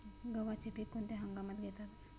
गव्हाचे पीक कोणत्या हंगामात घेतात?